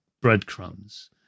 breadcrumbs